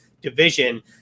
division